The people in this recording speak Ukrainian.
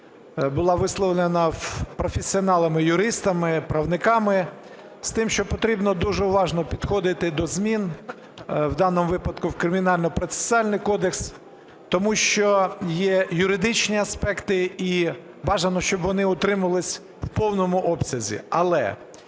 була висловлена професіоналами юристами, правниками з тим, що потрібно дуже уважно підходити до змін, у даному випадку в Кримінальний процесуальний кодекс, тому що є юридичні аспекти, і бажано, щоб вони утрималися в повному обсязі.